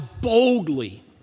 boldly